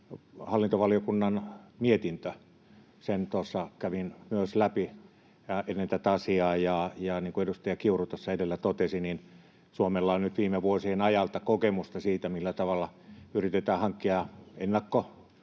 hallintovaliokunnan mietintö. Myös sen kävin tuossa läpi ennen tätä asiaa. Niin kuin edustaja Kiuru tuossa edellä totesi, Suomella on nyt viime vuosien ajalta kokemusta siitä, millä tavalla yritetään hankkia